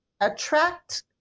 attract